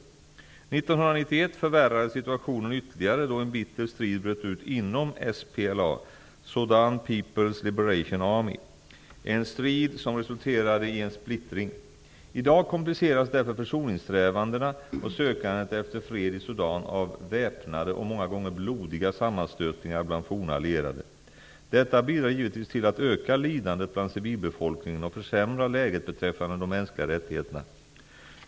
1991 förvärrades situationen ytterligare då en bitter strid bröt ut inom SPLA (Sudan Peoples Liberation dag kompliceras därför försoningssträvandena och sökandet efter fred i Sudan av väpnade och många gånger blodiga sammanstötningar bland forna allierade. Detta bidrar givetvis till att öka lidandet bland civilbefolkningen och försämra läget beträffande de mänskliga rättigheterna.